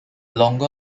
longer